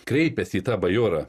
kreipėsi į tą bajorą